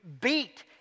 beat